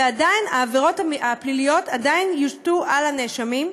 ועדיין העבירות הפליליות יושתו על הנאשמים.